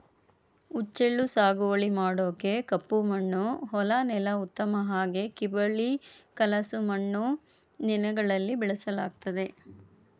ಹುಚ್ಚೆಳ್ಳು ಸಾಗುವಳಿ ಮಾಡೋಕೆ ಕಪ್ಪಮಣ್ಣು ಹೊಲ ನೆಲ ಉತ್ತಮ ಹಾಗೆ ಕಿಬ್ಬಳಿ ಕಲಸು ಮಣ್ಣು ನೆಲಗಳಲ್ಲಿ ಬೆಳೆಸಲಾಗ್ತದೆ